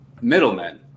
middlemen